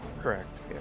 Correct